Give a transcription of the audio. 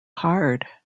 hard